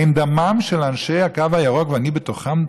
האם דמם של אנשי הקו הירוק, ואני בתוכם,